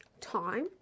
time